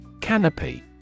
Canopy